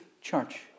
church